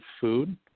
food